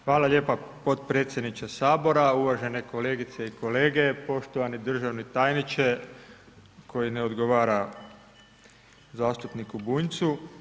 Hvala lijepa potpredsjedniče HS, uvažene kolegice i kolege, poštovani državni tajniče koji ne odgovara zastupniku Bunjcu.